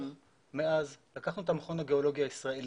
מאז לקחנו את המכון הגיאולוגי הישראלי,